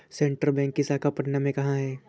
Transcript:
Central bank की शाखा पटना में कहाँ है?